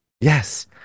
Yes